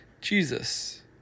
Jesus